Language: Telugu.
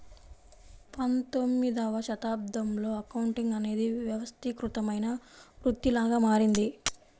పంతొమ్మిదవ శతాబ్దంలో అకౌంటింగ్ అనేది వ్యవస్థీకృతమైన వృత్తిలాగా మారింది